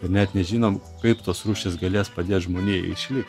net nežinom kaip tos rūšys galės padėt žmonijai išlikt